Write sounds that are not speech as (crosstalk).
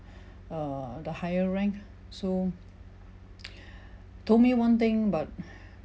err the higher rank so (noise) told me one thing but (breath)